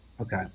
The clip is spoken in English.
Okay